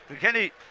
Kenny